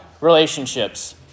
relationships